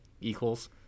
equals